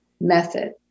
method